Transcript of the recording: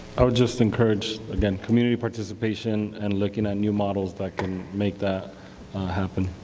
just encourage again community participation and looking at new models that can make that happen.